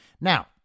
Now